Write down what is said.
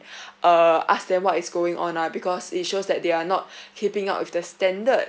uh ask them what is going on ah because it shows that they are not keeping up with the standard